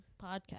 podcast